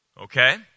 Okay